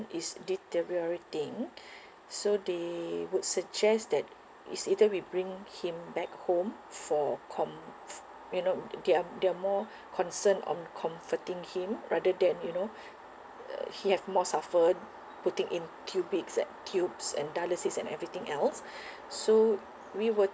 is deteriorating so they would suggest that it's either we bring him back home for comf~ you know they're they're more concern on comforting him rather than you know uh he have more suffer to take in cubic and tubes and dialysis and everything else so we were